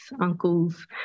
uncles